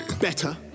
better